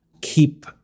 keep